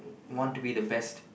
want to be the best